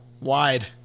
wide